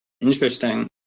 interesting